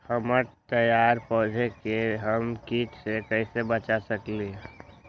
हमर तैयार पौधा के हम किट से कैसे बचा सकलि ह?